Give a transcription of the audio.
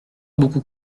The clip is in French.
beaucoup